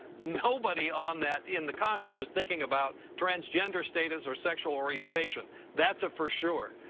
nobody on that, in the congress, was thinking about transgender status or sexual orientation. that's a for sure.